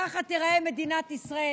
ככה תיראה מדינת ישראל.